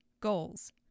goals